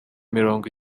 mirongo